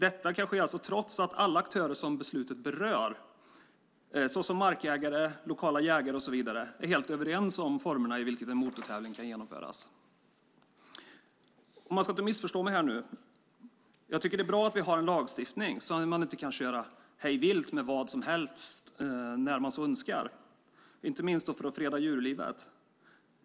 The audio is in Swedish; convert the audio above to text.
Detta kan ske trots att alla de aktörer som beslutet berör - markägare, lokala jägare och så vidare - är helt överens om formerna för hur en motortävling ska genomföras. Man ska inte missförstå mig här nu. Jag tycker att det är bra att vi har en lagstiftning så att man inte kan köra hej vilt med vad som helst när man så önskar, inte minst för att freda djurlivet.